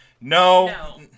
No